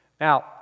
Now